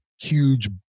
huge